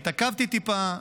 התעכבתי טיפה,